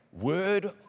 word